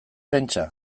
pentsa